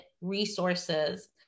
resources